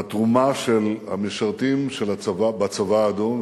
לתרומה של המשרתים בצבא האדום,